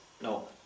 No